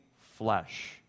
flesh